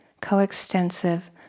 coextensive